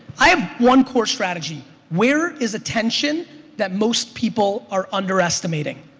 i have one core strategy where is attention that most people are underestimating?